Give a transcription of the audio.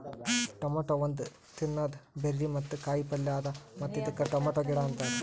tomato ಒಂದ್ ತಿನ್ನದ berry ಮತ್ತ ಕಾಯಿ ಪಲ್ಯ ಅದಾ ಮತ್ತ ಇದಕ್ ಟೊಮೇಟೊ ಗಿಡ ಅಂತಾರ್